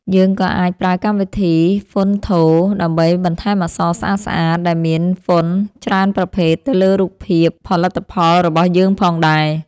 យើងក៏អាចប្រើកម្មវិធី ហ្វុនថូ ដើម្បីបន្ថែមអក្សរស្អាតៗដែលមាន ហ្វុន ច្រើនប្រភេទទៅលើរូបភាពផលិតផលរបស់យើងផងដែរ។